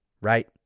Right